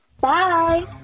Bye